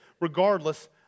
regardless